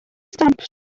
stamp